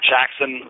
Jackson